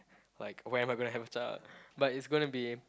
like when am I going to have a child but it's going be